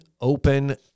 open